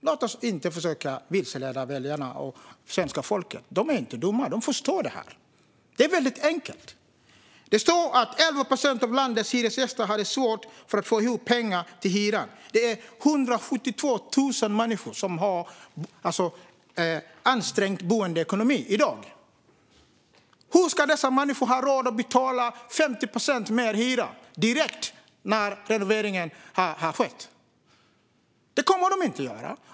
Låt oss inte vilseleda väljarna och svenska folket. De är inte dumma; de förstår detta. Det är väldigt enkelt. Det är 172 000 människor som har en ansträngd boendeekonomi i dag. Hur ska dessa människor ha råd att betala 50 procent mer i hyra direkt när renoveringen har genomförts? Det kommer de inte att klara.